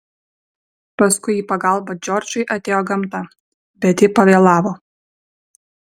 paskui į pagalbą džordžui atėjo gamta bet ji pavėlavo